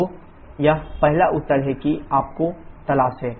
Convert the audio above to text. तो यह पहला उत्तर है जिसकी आपको तलाश है